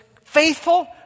faithful